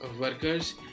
workers